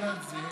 שתרצה.